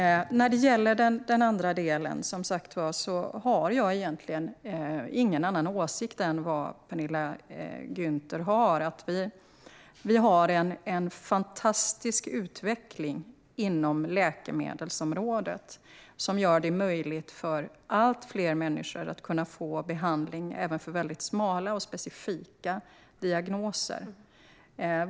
När det gäller den andra delen har jag egentligen ingen annan åsikt än Penilla Gunther. Vi har en fantastisk utveckling inom läkemedelsområdet som gör det möjligt för allt fler människor att få behandling även för väldigt smala och specifika diagnoser.